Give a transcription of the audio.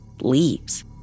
leaves